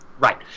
Right